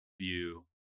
view